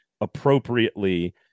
appropriately